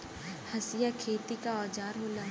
हंसिया खेती क औजार होला